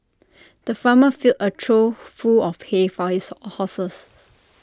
the farmer filled A trough full of hay for his horses